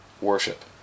worship